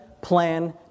plan